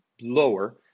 lower